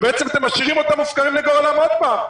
ובעצם אתם משאירים אותם מופקרים לגורלם עוד פעם.